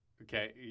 Okay